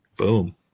Boom